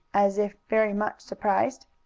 as if very much surprised.